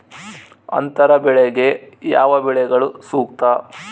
ಅಂತರ ಬೆಳೆಗೆ ಯಾವ ಬೆಳೆಗಳು ಸೂಕ್ತ?